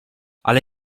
ale